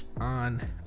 on